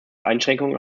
einschränkungen